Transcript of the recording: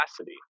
capacity